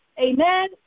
Amen